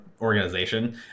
organization